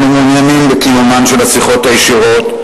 אנחנו מעוניינים בקיומן של השיחות הישירות,